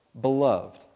Beloved